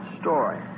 story